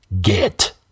Get